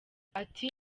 ati